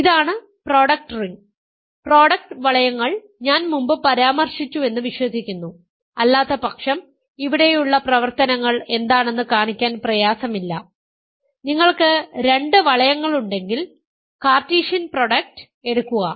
ഇതാണ് product ring product വളയങ്ങൾ ഞാൻ മുമ്പ് പരാമർശിച്ചുവെന്ന് വിശ്വസിക്കുന്നു അല്ലാത്തപക്ഷം ഇവിടെയുള്ള പ്രവർത്തനങ്ങൾ എന്താണെന്ന് കാണിക്കാൻ പ്രയാസമില്ല നിങ്ങൾക്ക് രണ്ട് വളയങ്ങളുണ്ടെങ്കിൽ കാർട്ടീഷ്യൻ പ്രൊഡക്റ്റ് എടുക്കുക